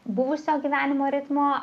buvusio gyvenimo ritmo